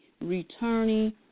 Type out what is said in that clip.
returning